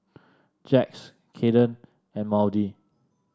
Jax Cayden and Maudie